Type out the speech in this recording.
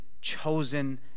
chosen